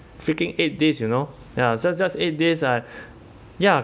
freaking eight days you know ya so just eight days uh ya